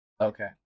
Okay